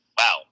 wow